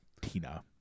Tina